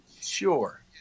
Sure